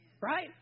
Right